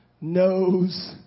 knows